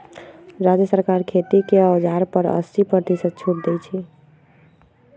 राज्य सरकार खेती के औजार पर अस्सी परतिशत छुट देई छई